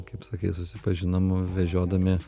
kaip sakai susipažinom vežiodami